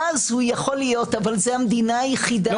אז הוא יכול להיות אבל זאת המדינה היחידה.